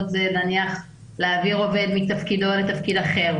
זה נניח להעביר עובד מתפקידו לתפקיד אחר,